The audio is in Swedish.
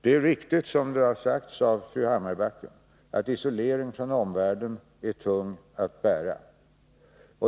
Det är riktigt, som har sagts av fru Hammarbacken, att isolering från omvärlden är tung att bära.